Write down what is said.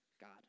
God